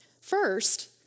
First